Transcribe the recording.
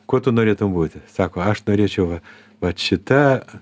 kuo tu norėtum būti sako aš norėčiau va vat šita